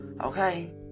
okay